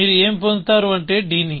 మీరు ఏమి పొందుతారు అంటే d ని